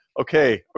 Okay